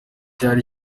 cyari